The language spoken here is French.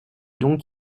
donc